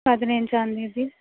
பதினஞ்சாந்தேதி